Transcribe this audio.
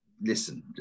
listen